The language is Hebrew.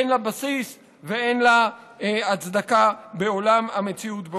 אין לה בסיס ואין לה הצדקה בעולם המציאות,